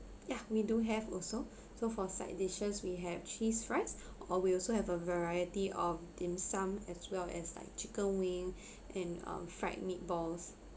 ya we do have also so for side dishes we have cheese fries or we also have a variety of dim sum as well as like chicken wing and um fried meatballs